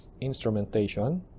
instrumentation